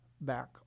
back